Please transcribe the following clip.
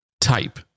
type